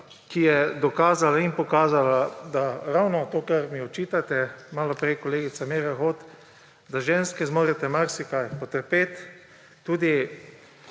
ki je dokazala in pokazala, da to ravno, kar mi očitate, malo prej kolegica Meira Hot, da ženske zmorete marsikaj potrpeti, tudi,